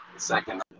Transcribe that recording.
Second